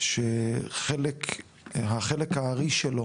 החלק הארי שלו